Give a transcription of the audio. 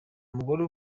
mugore